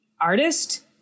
artist